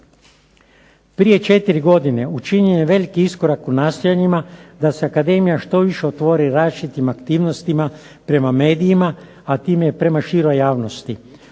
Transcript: Prije 4 godine učinjen je veliki iskorak u nastojanjima da se akademija što više otvori različitim aktivnostima prema medijima, a time i prema široj javnosti.